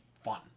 fun